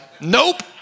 nope